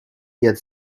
yet